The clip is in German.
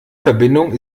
verbindung